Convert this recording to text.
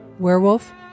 Werewolf